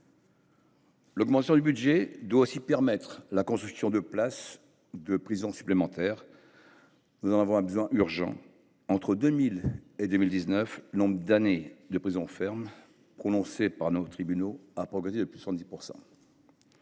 L’augmentation du budget doit aussi permettre la construction de milliers de places de prison supplémentaires. Nous en avons un besoin urgent : entre 2000 et 2019, le nombre d’années de prison ferme prononcées par nos tribunaux a progressé de près de 70 %.